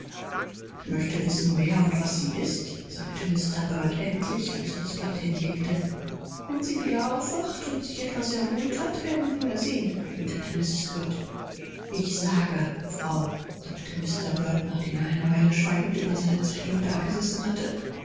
ich möchte wissen wer und was sie ist sagte endlich mr bird das blatt niederlegend wenn sie aufwacht und sich erholt hat können wir es hören entgegnete mrs bird höre frau sagte mr bird nachdem er wieder eine weile über seinen zeitungen gebrütet hatte